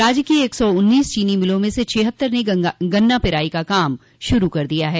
राज्य की एक सौ उन्नीस चीनी मिलों में से छिहत्तर ने गन्ना पेराई का काम शुरू कर दिया है